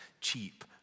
cheap